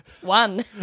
one